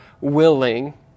willing